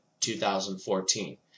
2014